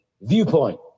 viewpoint